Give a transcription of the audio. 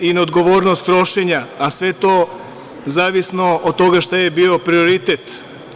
Vidi se i neodgovornost trošenja, a sve to zavisno od toga šta je bio prioritet.